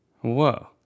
whoa